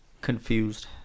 confused